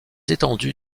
étendue